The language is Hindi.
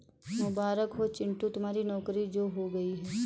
मुबारक हो चिंटू तुम्हारी नौकरी जो हो गई है